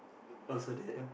oh so that